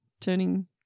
turning